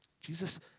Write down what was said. Jesus